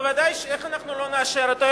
איך אנחנו לא נאשר אותו?